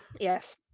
yes